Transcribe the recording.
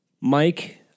Mike